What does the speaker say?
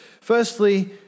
Firstly